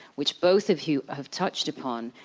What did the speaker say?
which both of you have touched upon,